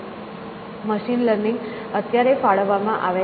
machine learning અત્યારે ફાળવવામાં આવે છે